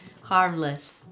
harmless